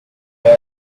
bear